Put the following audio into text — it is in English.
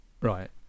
Right